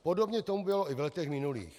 Podobně tomu bylo i v letech minulých.